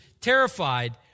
terrified